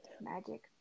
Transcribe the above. Magic